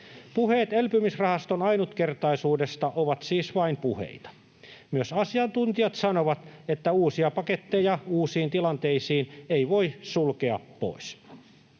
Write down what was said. Puheet elpymisrahaston ainutkertaisuudesta ovat siis vain puheita. Myös asiantuntijat sanovat, että uusia paketteja uusiin tilanteisiin ei voi sulkea pois.